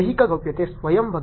ದೈಹಿಕ ಗೌಪ್ಯತೆ ಸ್ವಯಂ ಬಗ್ಗೆ